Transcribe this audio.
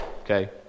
okay